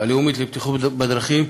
הלאומית לבטיחות בדרכים,